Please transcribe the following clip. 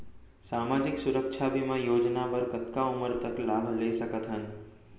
सामाजिक सुरक्षा बीमा योजना बर कतका उमर तक लाभ ले सकथन?